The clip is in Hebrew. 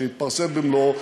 שיתפרסם במלואו,